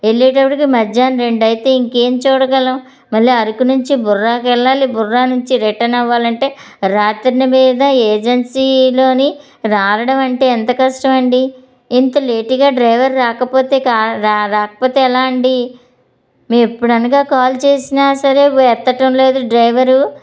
వెళ్ళేటప్పడికి మధ్యాహ్నం రెండయితే ఇంకేం చూడగలం మళ్ళీ అరకు నుంచి బొర్రాకి వెళ్ళాలి బొర్రా నుంచి రిటర్న్ అవ్వాలంటే రాత్రినిమీద ఏజెన్సీలోని రావడం అంటే ఎంత కష్టమండి ఇంక లేటుగా డ్రైవర్ రాకపోతే రాకపోతే ఎలా అండి మేము ఎప్పుడనగా కాల్ చేసినా సరే వే ఎత్తటంలేదు డ్రైవరు